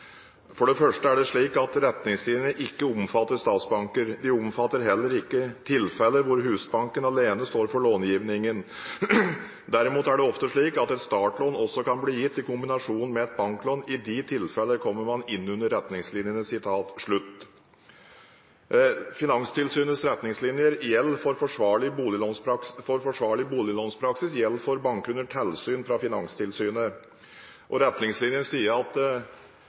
det første er det slik at retningslinjene ikke omfatter statsbanker. De omfatter heller ikke de tilfeller hvor Husbanken alene står for lånegivningen. Derimot er det ofte slik at et startlån også kan bli gitt i kombinasjon med et banklån. I de tilfeller kommer man innunder retningslinjene, Finanstilsynets retningslinjer for forsvarlig boliglånspraksis gjelder for banker under tilsyn fra Finanstilsynet. Etter retningslinjene